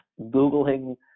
Googling